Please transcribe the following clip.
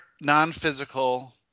non-physical